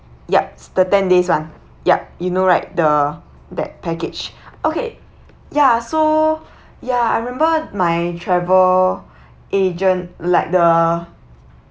yup s~ the ten days one yup you know right the that package okay ya so ya I remember my travel agent like the